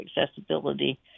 accessibility